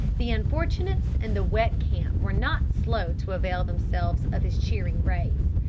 the unfortunates in the wet camp were not slow to avail themselves of his cheering rays.